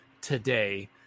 today